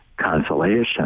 consolation